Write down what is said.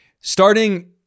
Starting